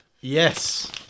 yes